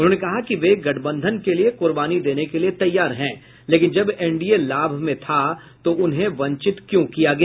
उन्होंने कहा कि वे गठबंधन के लिए कुर्बानी देने के लिए तैयार हैं लेकिन जब एनडीए लाभ में था तो उन्हें वंचित क्यों किया गया